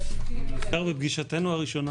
בפגישתנו הראשונה